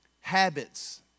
habits